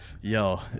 Yo